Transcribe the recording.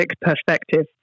perspective